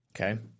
Okay